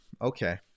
okay